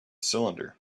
cylinder